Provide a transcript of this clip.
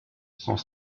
sont